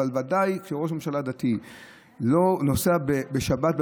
אבל ודאי שכשראש ממשלה דתי נוסע בשבת,